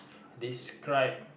describe